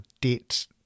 debt